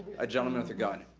a gentleman with a gun.